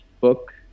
book